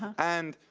and,